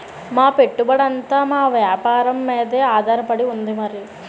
మా పెట్టుబడంతా మా వేపారం మీదే ఆధారపడి ఉంది మరి